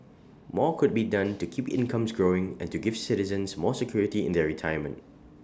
more could be done to keep incomes growing and to give citizens more security in their retirement